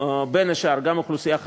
בין השאר, גם אוכלוסייה חרדית,